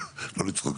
לא לצחוק,